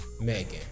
Megan